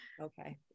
Okay